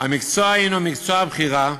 המקצוע הנו מקצוע בחירה,